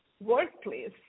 workplace